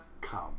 come